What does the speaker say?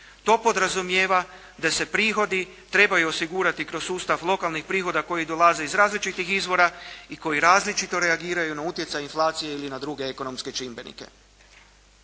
To podrazumijeva da se prihodi trebaju osigurati kroz sustav lokalnih prihoda koji dolaze iz različitih izvora i koji različito reagiraju na utjecaj inflacije ili na druge ekonomske čimbenike.